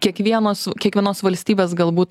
kiekvienos kiekvienos valstybės galbūt